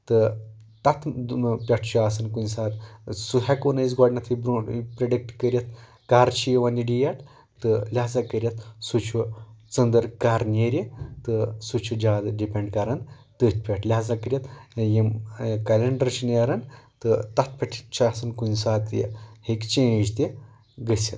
تہٕ تَتھ پٮ۪ٹھ چھُ آسان کُنہِ ساتہٕ سہُ ہٮ۪کو نہٕ أسۍ گۄڈنیٚتھٕے برونٛٹھ پرٛڈِکٹ کٔرِتھ کَر چھِ یِوان یہِ ڈیٹ تہٕ لہٰذا کٔرِتھ سُہ چھُ ژٔندٕر کَر نیرِ تہٕ سہُ چھُ زیادٕ ڈِپٮ۪نٛڈ کَران تٔتھۍ پٮ۪ٹھ لہٰذا کٔرِتھ یِم کیٚلَنڈر چھ نیران تہٕ تَتھ پٮ۪تھ تہِ چھ آسان کُنہِ ساتہٕ یہِ ہٮ۪کہِ چینٛج تہِ گٔژھِتھ